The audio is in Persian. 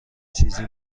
چیزی